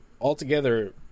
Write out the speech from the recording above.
altogether